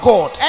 God